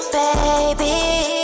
baby